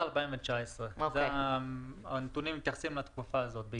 2019-2016. הנתונים מתייחסים בעיקר לתקופה הזאת.